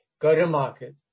go-to-market